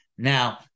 Now